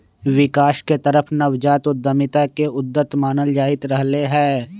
विकास के तरफ नवजात उद्यमिता के उद्यत मानल जाईंत रहले है